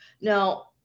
now